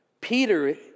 Peter